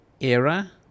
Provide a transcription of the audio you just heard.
era